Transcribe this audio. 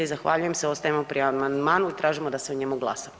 Zahvaljujem se, ostajemo pri amandmanu i tražimo da se o njemu glasa.